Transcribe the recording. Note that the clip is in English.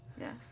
Yes